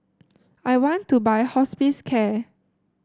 I want to buy Hospicare